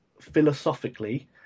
philosophically